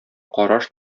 караш